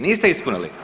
Niste ispunili.